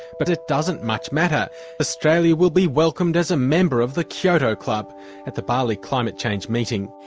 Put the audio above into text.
but it doesn't much matter australia will be welcomed as a member of the kyoto club at the bali climate change meeting.